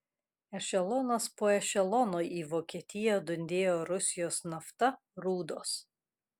ešelonas po ešelono į vokietiją dundėjo rusijos nafta rūdos